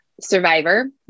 survivor